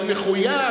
אבל מחויב,